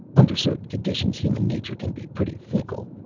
under certain conditions human nature can be pretty fickle.